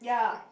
ya